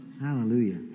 Hallelujah